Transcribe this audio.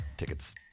tickets